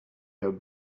have